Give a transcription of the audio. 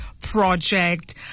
project